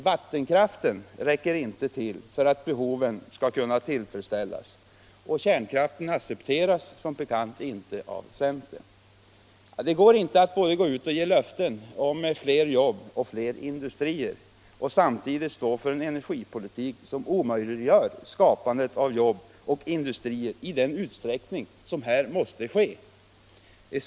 Vattenkraften räcker inte till för att behoven skall kunna tillfredsställas. Och kärnkraften accepteras, som bekant, inte av centern! Det går inte att ge löften om fler jobb och fler industrier och samtidigt stå för en energipolitik som omöjliggör skapandet av jobb och industrier i den utsträckning som det här måste bli fråga om.